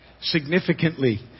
significantly